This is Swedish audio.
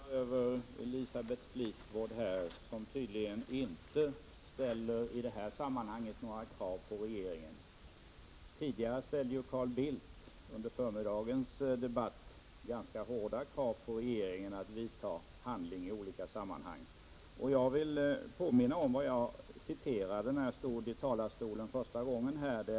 Herr talman! Jag är också förvånad över det som Elisabeth Fleetwood här säger. Tydligen ställer hon inte några krav på regeringen i det här avseendet. Tidigare i dag under förmiddagens debatt ställde Carl Bildt ganska hårda krav på regeringen när det gällde att vidta åtgärder i olika sammanhang. Jag vill påminna om vad jag återgav i mitt första inlägg här i talarstolen.